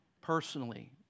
personally